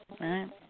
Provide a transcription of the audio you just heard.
Right